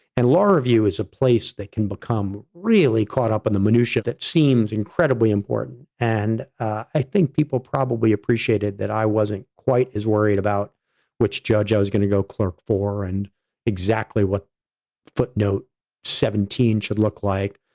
and law review is a place that can become really caught up in the minutiae that seems incredibly important. and i think people probably appreciated that i wasn't quite as worried about which judge i was going to go clerk for and exactly what footnote seventeen should look like,